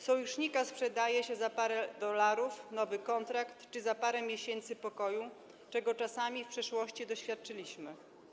Sojusznika sprzedaje się za parę dolarów, nowy kontrakt czy za parę miesięcy pokoju, czego czasami w przeszłości doświadczyliśmy.